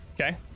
Okay